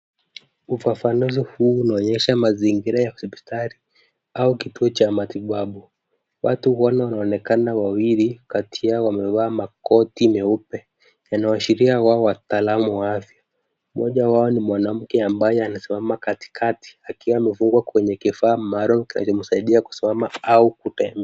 Ufafanuzi huu unaonyesha mazingira ya hospitali au kituo cha matibabu. Watu wanne wanaonekana wawili kati yao wamevaa makoti meupe yanayoashiria wao wataalamu wa afya. Mmoja wao ni mwanamke ambaye anasimama kati kati akiwa amefungwa kwenye kifaa maalum kinachomsaidia kusimama au kutembea.